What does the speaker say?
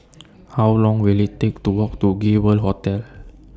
How Long Will IT Take to Walk to Gay World Hotel